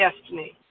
destiny